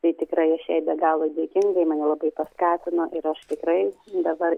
tai tikrai aš jai be galo dėkinga ji mane labai paskatino ir aš tikrai dabar